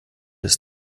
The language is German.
ist